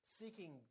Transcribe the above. seeking